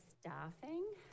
staffing